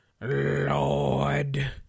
Lord